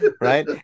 right